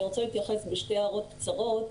אני רוצה להתייחס בשתי הערות קצרות.